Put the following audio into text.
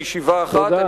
בישיבה אחת.